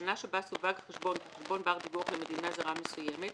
השנה שבה סווג חשבון כחשבון בר דיווח למדינה זרה מסויימת,